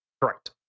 Correct